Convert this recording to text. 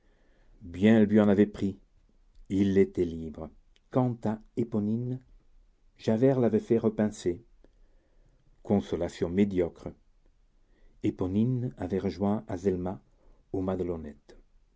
bien lui en avait pris il était libre quant à éponine javert l'avait fait repincer consolation médiocre éponine avait rejoint azelma